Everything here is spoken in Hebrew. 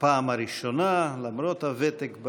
בפעם הראשונה, למרות הוותק,